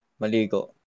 maligo